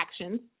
actions